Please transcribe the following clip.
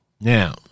Now